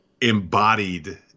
embodied